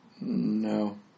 No